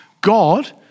God